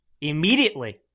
immediately